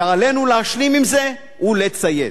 ועלינו להשלים עם זה ולציית.